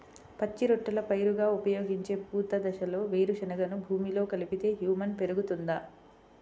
పచ్చి రొట్టెల పైరుగా ఉపయోగించే పూత దశలో వేరుశెనగను భూమిలో కలిపితే హ్యూమస్ పెరుగుతుందా?